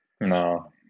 No